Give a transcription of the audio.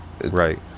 Right